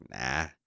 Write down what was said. nah